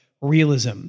realism